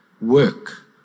work